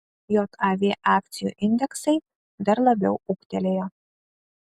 jav akcijų indeksai dar labiau ūgtelėjo